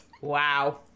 Wow